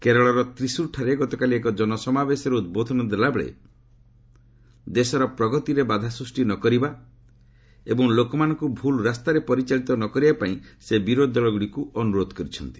କେରଳର ତ୍ରିସୁର୍ଠାରେ ଗତକାଲି ଏକ ଜନସମାବେଶରେ ଉଦ୍ବୋଧନ ଦେଲାବେଳେ ଦେଶର ପ୍ରଗତିରେ ବାଧା ସୃଷ୍ଟି ନକରିବା ଏବଂ ଲୋକମାନଙ୍କୁ ଭୁଲ୍ ରାସ୍ତାରେ ପରିଚାଳିତ ନ କରିବା ପାଇଁ ସେ ବିରୋଧୀ ଦଳଗୁଡ଼ିକୁ ଅନୁରୋଧ କରିଛନ୍ତି